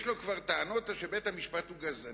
יש לו כבר טענות שבית-המשפט הוא גזעני,